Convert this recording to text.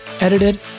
edited